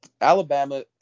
Alabama